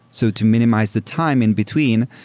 so to minimize the time in between,